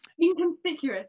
inconspicuous